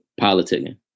politicking